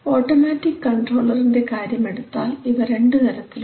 automatic കൺട്രോൾൻറെ കാര്യമെടുത്താൽ ഇവ രണ്ടുതരത്തിലുണ്ട്